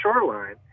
shoreline